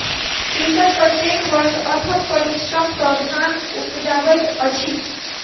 कृषक प्रत्येक वर्ष अथक परिश्रम सॅ धान उपजाबैत अछि